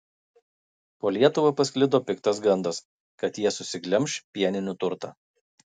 po lietuvą pasklido piktas gandas kad jie susiglemš pieninių turtą